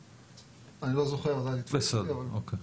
בסדר.